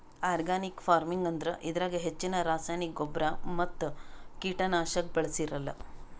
organic farming ಅಂದ್ರ ಇದ್ರಾಗ್ ಹೆಚ್ಚಿನ್ ರಾಸಾಯನಿಕ್ ಗೊಬ್ಬರ್ ಮತ್ತ್ ಕೀಟನಾಶಕ್ ಬಳ್ಸಿರಲ್ಲಾ